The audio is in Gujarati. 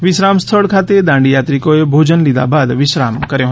વિશ્રામ સ્થળ ખાતે દાંડી યાત્રિકોએ ભોજન લીધા બાદ વિશ્રામ કર્યો હતો